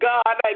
God